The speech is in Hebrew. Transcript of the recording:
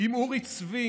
אם אורי צבי